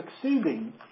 succeeding